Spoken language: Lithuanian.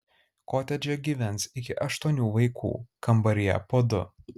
kotedže gyvens iki aštuonių vaikų kambaryje po du